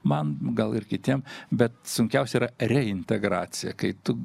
man gal ir kitiem bet sunkiausia yra reintegracija kai tu